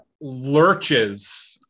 lurches